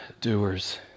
doers